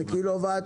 15 קילו וואט.